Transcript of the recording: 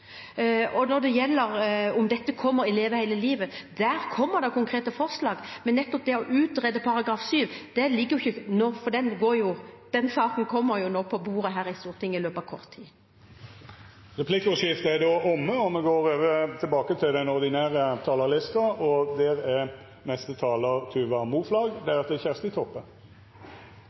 Og når det gjelder om dette kommer i Leve hele livet: Der kommer det konkrete forslag, men nettopp det å utrede § 7 ligger ikke inne nå, for den saken kommer på bordet her i Stortinget i løpet av kort tid. Replikkordskiftet er omme. Dei talarane som heretter får ordet, har òg ei taletid på inntil 3 minutt. Etter at vi